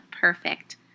perfect